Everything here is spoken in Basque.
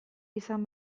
izan